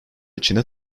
içinde